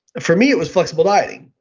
for me it was flexible dieting,